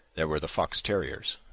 there were the fox terriers,